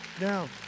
Now